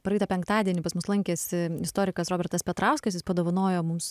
praeitą penktadienį pas mus lankėsi istorikas robertas petrauskas jis padovanojo mums